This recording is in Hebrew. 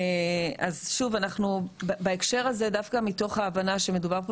אז שוב אנחנו בהקשר הזה דווקא מתוך ההבנה שמדובר פה